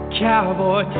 cowboy